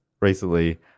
recently